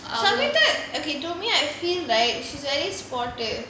samitah to me I feel right she's very sportive